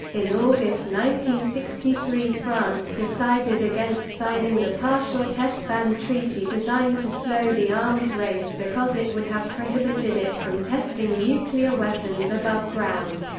in august sixty three france decided against signing the partial test ban treaty designed to slow the arms race because it would have prohibited it from testing nuclear weapons above ground.